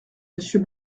monsieur